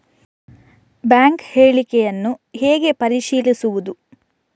Bank ಹೇಳಿಕೆಯನ್ನು ಹೇಗೆ ಪರಿಶೀಲಿಸುವುದು?